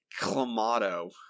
Clamato